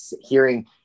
hearing